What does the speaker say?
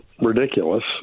ridiculous